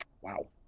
Wow